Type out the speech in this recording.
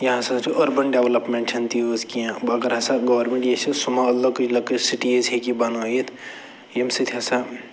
یہِ ہسا چھِ أربَن ڈٮ۪ولَپمٮ۪نٛٹ چھَنہٕ تیٖژ کیٚنہہ اگر ہسا گورمٮ۪نٛٹ ییٚژھِ سُمال لۄکٕٹۍ لۄکٕٹۍ سِٹیٖز ہیٚکہِ یہِ بنٲیِتھ ییٚمہِ سۭتۍ ہسا